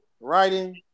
writing